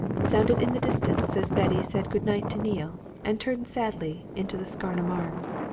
sounded in the distance as betty said good-night to neale and turned sadly into the scarnham arms.